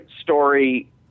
story